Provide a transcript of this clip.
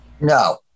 No